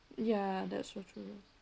ya that's so true